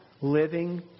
living